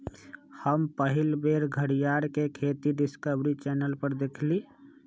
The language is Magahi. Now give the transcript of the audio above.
हम पहिल बेर घरीयार के खेती डिस्कवरी चैनल पर देखली